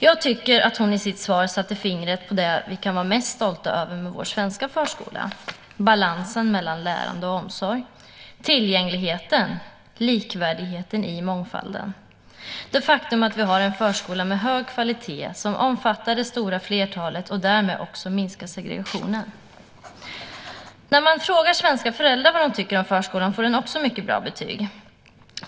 Jag tycker att hon i sitt svar satte fingret på det som vi kan vara mest stolta över med vår svenska förskola, nämligen balansen mellan lärande och omsorg, tillgängligheten och likvärdigheten i mångfalden samt det faktum att vi har en förskola med hög kvalitet som omfattar det stora flertalet och därmed också minskar segregationen. När man frågar svenska föräldrar vad de tycker om förskolan får den mycket bra betyg.